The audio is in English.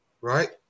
Right